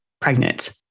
pregnant